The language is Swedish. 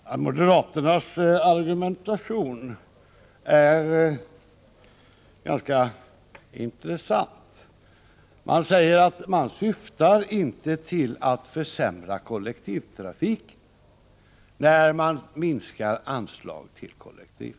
Herr talman! Moderaternas argumentation är ganska intressant. Man säger att man inte syftar till att försämra kollektivtrafiken, när man minskar anslagen till denna trafik.